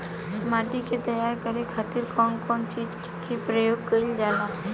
माटी के तैयार करे खातिर कउन कउन चीज के प्रयोग कइल जाला?